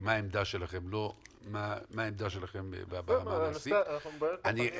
מה העמדה שלכם, מה העמדה שלכם המעשית.